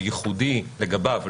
הוא ייחודי לגביו,